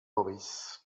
maurice